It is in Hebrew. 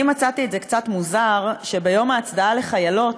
אני מצאתי את זה קצת מוזר שביום ההצדעה לחיילות,